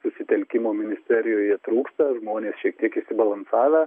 susitelkimo ministerijoje trūksta žmonės šiek tiek išsibalansavę